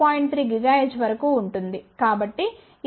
3 GHz వరకు ఉంటుంది